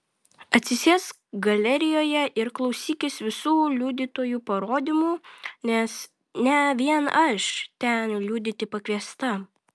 atsisėsk galerijoje ir klausykis visų liudytojų parodymų nes ne vien aš ten liudyti pakviesta